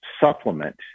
supplement